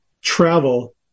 travel